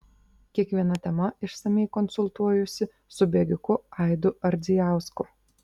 kiekviena tema išsamiai konsultuojuosi su bėgiku aidu ardzijausku